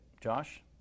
Josh